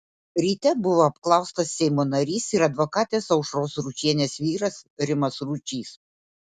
ryte buvo apklaustas seimo narys ir advokatės aušros ručienės vyras rimas ručys